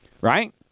right